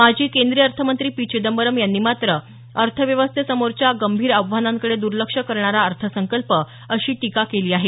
माजी केंद्रीय अर्थमंत्री पी चिदंबरम यांनी मात्र अर्थव्यवस्थेसमोरच्या गंभीर आव्हानांकडे दूर्लक्ष करणारा अर्थसंकल्प अशी टीका केली आहे